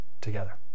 together